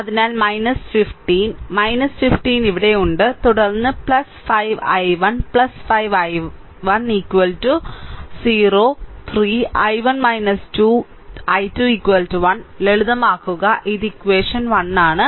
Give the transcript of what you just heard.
അതിനാൽ 15 15 ഇവിടെയുണ്ട് തുടർന്ന് 5 I1 5 I1 0 3 I1 2 I2 1 ലളിതമാക്കുക ഇത് ഇക്വഷൻ 1 ആണ്